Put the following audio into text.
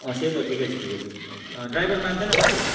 अँ सेतो ठिकै छ ठिकै छ ड्राइभर मात्दैन भाइ